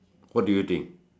what do you think